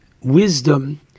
wisdom